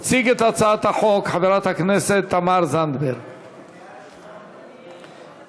הצעת החוק עברה בקריאה ראשונה ותועבר לוועדת